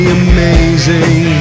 amazing